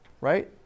right